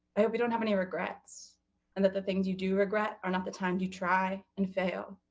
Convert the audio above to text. i hope you don't have any regrets and that the things you do regret are not the times you try and fail,